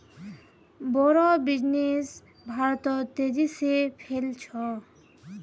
बोड़ो बिजनेस भारतत तेजी से फैल छ